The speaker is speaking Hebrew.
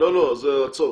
עצור.